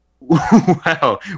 Wow